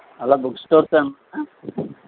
hello book స్టోర్సా అమ్మా